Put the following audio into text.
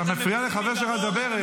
את המפונים מדרום,